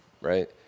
right